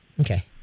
Okay